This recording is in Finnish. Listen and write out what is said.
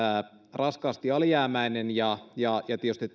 raskaasti alijäämäinen tietysti